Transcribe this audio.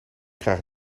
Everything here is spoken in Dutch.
krijg